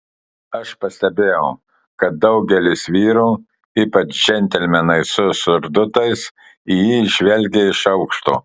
aš pastebėjau kad daugelis vyrų ypač džentelmenai su surdutais į jį žvelgė iš aukšto